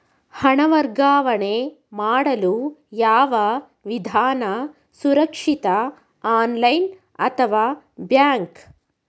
ಹಣ ವರ್ಗಾವಣೆ ಮಾಡಲು ಯಾವ ವಿಧಾನ ಸುರಕ್ಷಿತ ಆನ್ಲೈನ್ ಅಥವಾ ಬ್ಯಾಂಕ್?